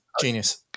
Genius